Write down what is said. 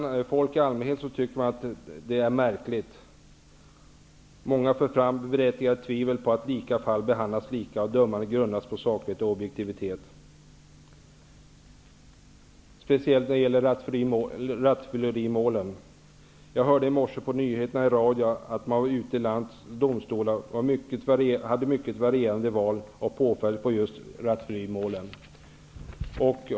Folk i allmänhet tycker också att det hela är märkligt. Många för fram berättigade tvivel på att lika fall behandlas lika och att dömande grundas på saklighet och objektivitet. Detta gäller speciellt rattfyllerimålen. I morse hörde jag på nyheterna i radio att man i domstolarna ute i landet hade mycket varierande val av påföljd i vad gäller just rattfyllerimål.